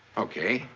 okay.